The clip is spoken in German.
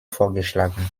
vorgeschlagen